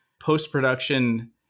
post-production